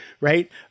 right